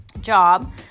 job